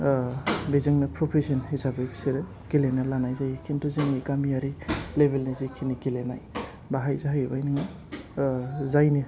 ओ बेजोंनो फ्रफेसन हिसाबै बिसोरो गेलेनो लानाय जायो खिनथु जोंनि गामिआरि लेभेलनि जेखिनि गेलेनाय बाहाय जाहैबाय नोंङो ओ जायनो